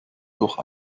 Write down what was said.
durch